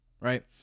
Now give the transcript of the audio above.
right